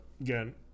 again